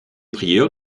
prieur